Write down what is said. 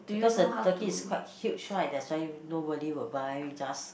because the turkey is quite huge right that's why nobody will buy just